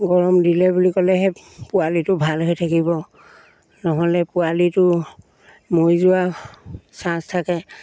গৰম দিলে বুলি ক'লেহে পোৱালিটো ভাল হৈ থাকিব নহ'লে পোৱালিটো মৰি যোৱাৰ চাঞ্চ থাকে